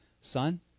Son